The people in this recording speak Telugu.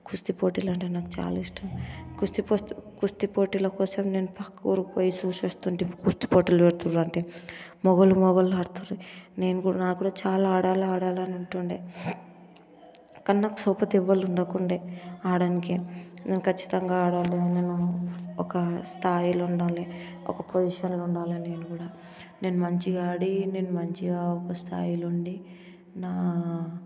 కుస్తీ పోటీలు అంటే చాలా ఇష్టం కుస్తీ పో కుస్తీ పోటీల కోసం నేను పోయి పోయి చూసి వస్తుంటిని కుస్తీ పోటీలు పెట్టారు అంటేనే మొగోళ్ళు మొగోళ్ళు ఆడతారు నేను కూడా నాకూడా చాలా ఆడాలి చాలా ఆడాలి అని ఉండే కానీ నాకు సపోర్ట్ ఎవరూ ఉండకుండే ఆడనికి నేను ఖచ్చితంగా ఆడాలి నేను ఒక స్థాయిలో ఉండాలి ఒక పొజిషన్లో ఉండాలి నేను కూడా నేను మంచిగా ఆడి మంచిగా ఒక స్థాయిలో ఉండి నా